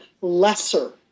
lesser